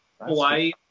Hawaii